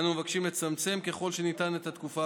אנו מבקשים לצמצם ככל שניתן את התקופה